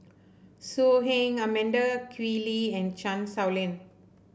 So Heng Amanda Koe Lee and Chan Sow Lin